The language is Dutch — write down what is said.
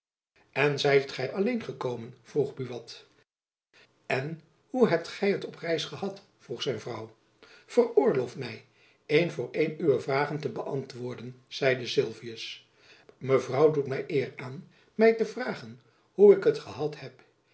en zijt gy alleen gekomen vroeg buat en hoe hebt gy het op reis gehad vroeg zijn vrouw veroorlooft my een voor een uwe vragen te beantwoorden zeide sylvius mevrouw doet my de eer aan my te vragen hoe ik het gehad heb